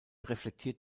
reflektiert